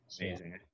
Amazing